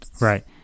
Right